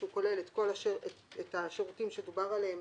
שהוא כולל את השירותים שדובר עליהם